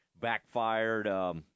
backfired